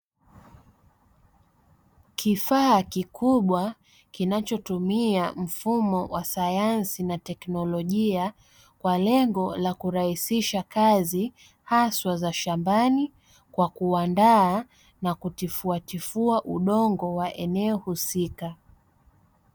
Kifaa kikubwa kinachotumia mfumo wa sayansi na teknolojia kwa lengo la kurahisisha kazi, haswa za shambani kwa kuandaa na kutifuatifua udongo wa eneo husika.